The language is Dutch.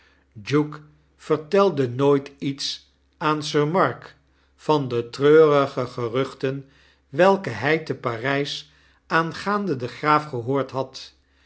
duke vertelae nooit iets a in sir mark van de treurige geruchten welke hy te parijs aangaande den graaf gehoord had